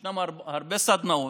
יש הרבה סדנאות,